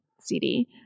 CD